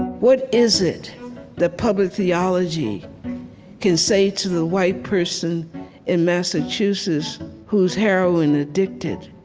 what is it that public theology can say to the white person in massachusetts who's heroin-addicted?